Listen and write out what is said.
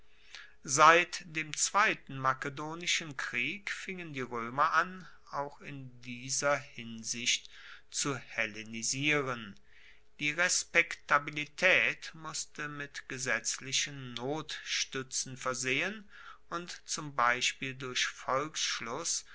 seit dem zweiten makedonischen krieg fingen die roemer an auch in dieser hinsicht zu hellenisieren die respektabilitaet musste mit gesetzlichen notstuetzen versehen und zum beispiel durch volksschluss